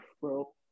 bro